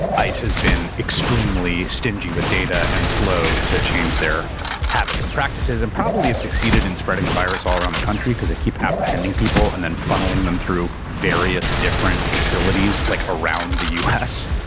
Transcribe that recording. ice has been extremely stingy with data and slow to change their habits and practices and probably have succeeded in spreading the virus all around the country because they keep apprehending people and then funneling them through various different facilities like around the u.